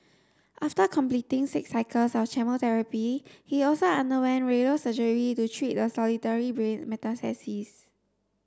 after completing six cycles of chemotherapy he also underwent radio surgery to treat the solitary brain metastasis